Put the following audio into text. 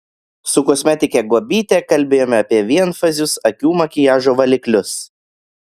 su kosmetike guobyte kalbėjome apie vienfazius akių makiažo valiklius